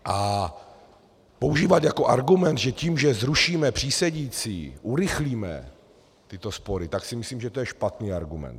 A používat jako argument, že tím, že zrušíme přísedící, urychlíme tyto spory, si myslím, je špatný argument.